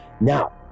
Now